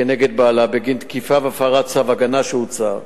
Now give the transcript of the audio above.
כנגד בעלה, בגין תקיפה והפרת צו הגנה שהוצא.